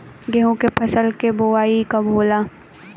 गेहूं के फसल के बोआई कब होला?